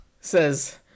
Says